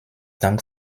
dank